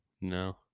No